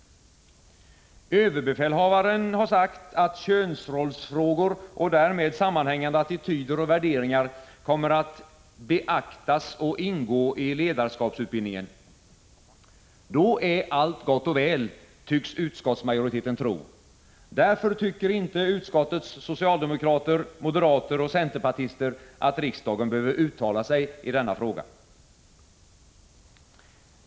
Överbefälhavaren har sagt att könsrollsfrågor och därmed sammanhängande attityder och värderingar kommer att beaktas och ingå i ledarskapsutbildningen. Då är allt gott och väl, tycks utskottsmajoriteten tro. Därför tycker inte utskottets socialdemokrater, moderater och centerpartister att riksdagen behöver uttala sig i denna fråga.